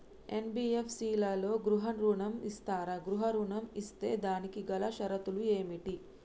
NBFC లలో గృహ ఋణం ఇస్తరా? గృహ ఋణం ఇస్తే దానికి గల షరతులు ఏమిటి?